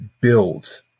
build